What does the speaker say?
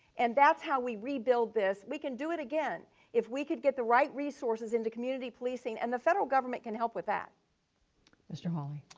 and that's how we rebuild this. we can do it again if we could get the right resources into community policing and the federal government can help with that. judy mr. hawley.